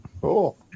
cool